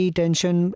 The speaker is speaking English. tension